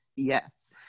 Yes